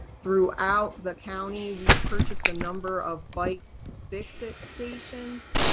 throughout the county we purchased a number of bike fix-it stations.